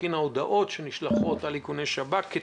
בגין ההודעות שנשלחות על איכוני שב"כ,